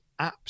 apps